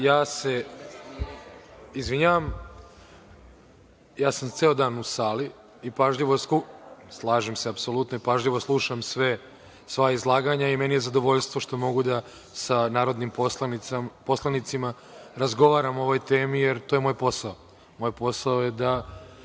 Ja se izvinjavam. Ja sam ceo dan u sali, slažem se apsolutno, i pažljivo slušam sva izlaganja i meni je zadovoljstvo što mogu da sa narodnim poslanicima razgovaram o ovoj temi, jer to je moj posao. Moj posao je da